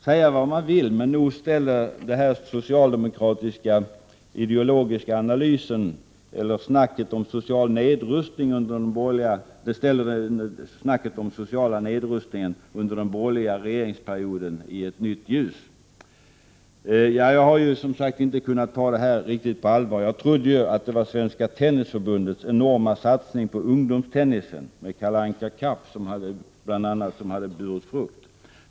Säga vad man vill, men nog ställer det här socialdemokraternas tal om social nedrustning under den borgerliga regeringsperioden i ett nytt ljus. Jag har som sagt inte kunnat ta det här riktigt på allvar. Jag trodde att det var Svenska tennisförbundets enorma satsning på ungdomstennisen, med bl.a. Kalle Anka Cup, som hade burit frukt.